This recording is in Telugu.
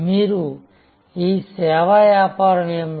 మీ సేవా వ్యాపారం ఏమిటి